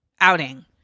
outing